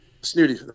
snooty